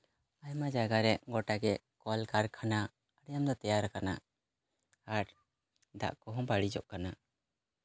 ᱟᱭᱢᱟ ᱡᱟᱭᱜᱟᱨᱮ ᱜᱳᱴᱟᱜᱮ ᱠᱚᱞᱠᱟᱨᱠᱷᱟᱱᱟ ᱛᱮᱦᱮᱧ ᱫᱚ ᱛᱮᱭᱟᱨ ᱠᱟᱱᱟ ᱟᱨ ᱫᱟᱜ ᱠᱚᱦᱚᱸ ᱵᱟᱹᱲᱤᱡᱚᱜ ᱠᱟᱱᱟ